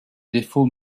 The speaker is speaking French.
défaut